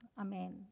amen